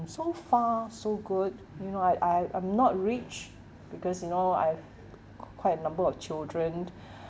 so far so good you know I I I'm not rich because you know I've quite a number of children